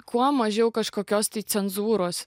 kuo mažiau kažkokios tai cenzūros